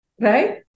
right